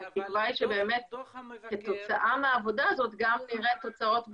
התקווה היא שבאמת כתוצאה מהעבודה הזאת גם נראה תוצאות בשטח,